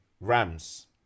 Rams